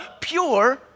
pure